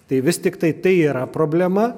tai vis tiktai tai yra problema